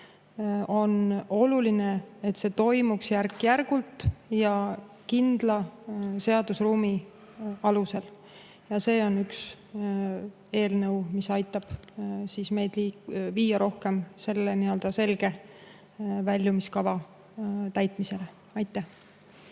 ka tervikuna toimuks järk-järgult ja kindla seadusruumi alusel. Ja see on üks eelnõu, mis aitab meid viia [edasi] selle selge väljumiskava täitmisel. Aitäh!